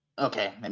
Okay